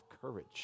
courage